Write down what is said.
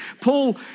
Paul